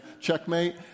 checkmate